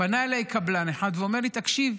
פנה אליי קבלן אחד ואמר לי: תקשיב,